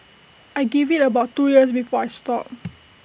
I give IT about two years before I stop